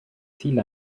ziel